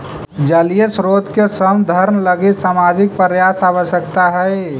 जलीय स्रोत के संवर्धन लगी सामाजिक प्रयास आवश्कता हई